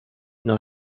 not